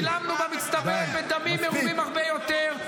שילמנו במצטבר בדמים מרובים הרבה יותר.